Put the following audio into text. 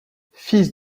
fils